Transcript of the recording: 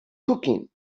cooking